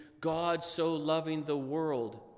God-so-loving-the-world